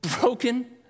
broken